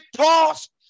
tossed